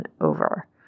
over